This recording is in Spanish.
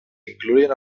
incluyen